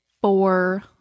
four